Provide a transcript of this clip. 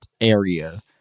area